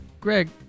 Greg